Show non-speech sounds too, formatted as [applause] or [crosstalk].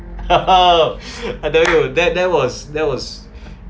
[laughs] I tell you that that was that was